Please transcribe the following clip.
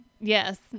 Yes